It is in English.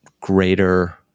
greater